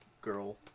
girl